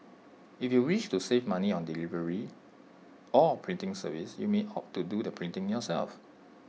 if you wish to save money on delivery or printing service you may opt to do the printing yourself